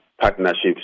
partnerships